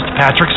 Patrick